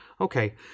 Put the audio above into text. Okay